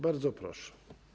Bardzo proszę.